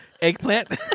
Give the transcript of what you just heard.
eggplant